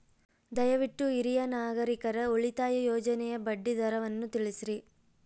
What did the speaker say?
ದಯವಿಟ್ಟು ಹಿರಿಯ ನಾಗರಿಕರ ಉಳಿತಾಯ ಯೋಜನೆಯ ಬಡ್ಡಿ ದರವನ್ನು ತಿಳಿಸ್ರಿ